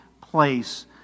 place